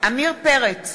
עמיר פרץ,